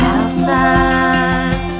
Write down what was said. Outside